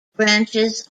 branches